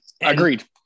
Agreed